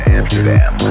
Amsterdam